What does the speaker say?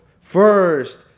First